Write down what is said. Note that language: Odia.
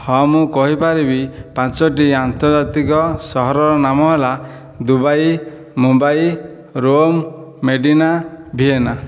ହଁ ମୁଁ କହିପାରିବି ପାଞ୍ଚଟି ଆନ୍ତର୍ଜାତିକ ସହରର ନାମ ହେଲା Dubai Mumbai Rome Medina Vienna